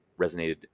resonated